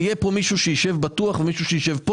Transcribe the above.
בטוח יישב פה